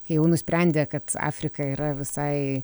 kai jau nusprendė kad afrika yra visai